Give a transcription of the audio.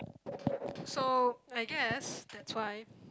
so I guess that's why